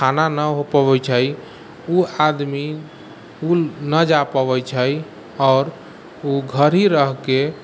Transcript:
खाना नहि हो पबैत छै ओ आदमी इसकुल नहि जा पबैत छै आओर ओ घर ही रहिके